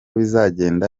bizagenda